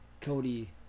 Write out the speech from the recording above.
Cody